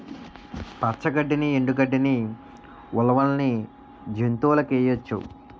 పచ్చ గడ్డిని ఎండు గడ్డని ఉలవల్ని జంతువులకేయొచ్చు